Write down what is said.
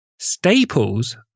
Staples